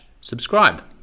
subscribe